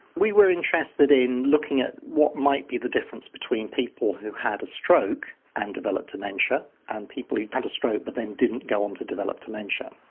we were interested in looking at what might be the difference between people who had a stroke and developed dementia and people who'd had a stroke but then didn't go on to develop dementia.